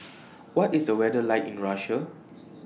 What IS The weather like in Russia